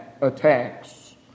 attacks